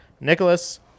Nicholas